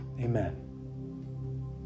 Amen